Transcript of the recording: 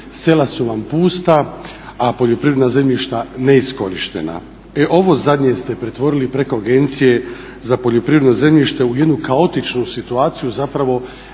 Sela su vam pusta, a poljoprivredna zemljišta neiskorištena. E ovo zadnje ste pretvorili preko Agencije za poljoprivredno zemljište u jednu kaotičnu situaciju, zapravo